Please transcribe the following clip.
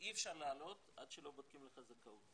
ואי אפשר לעלות עד שלא בודקים לך זכאות.